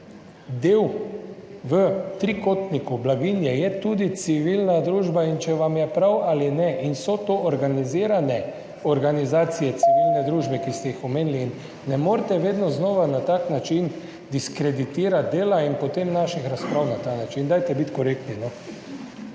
Del v trikotniku blaginje je tudi civilna družba, če vam je prav ali ne. To so organizirane organizacije civilne družbe, ki ste jih omenili, in ne morete vedno znova na tak način diskreditirati dela in potem naših razprav na ta način. Dajte biti korektni,